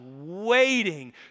waiting